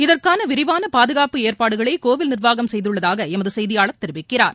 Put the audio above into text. இதற்னன விரிவான பாதுகாப்பு ஏற்பாடுகளை கோயில் நீர்வாகம் செய்துள்ளதாக எமது செய்தியாளர் கெரிவிக்கிறார்